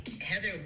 Heather